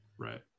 Right